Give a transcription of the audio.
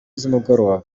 z’umugoroba